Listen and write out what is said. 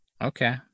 Okay